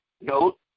Note